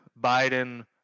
biden